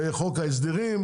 חוק ההסדרים,